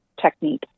technique